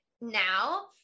now